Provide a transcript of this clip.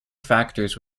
factors